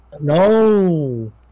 no